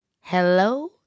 Hello